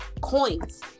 Coins